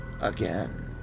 again